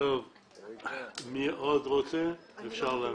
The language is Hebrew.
מי עוד רוצה להתייחס?